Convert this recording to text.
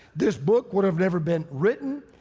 this book would have never been written.